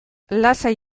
lasai